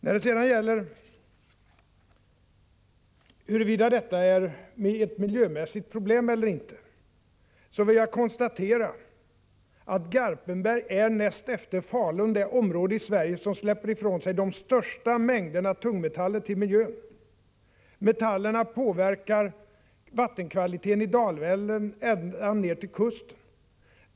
När det sedan gäller huruvida detta är ett miljömässigt problem eller inte vill jag konstatera att Garpenberg är det område i Sverige som näst efter Falun släpper ut de största mängderna av tungmetaller. Metallerna påverkar vattenkvaliteten i Dalälven ända ned till kusten.